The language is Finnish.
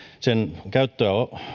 sen käyttöä